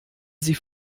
sie